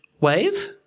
wave